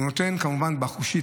הוא נותן כמובן בחושית.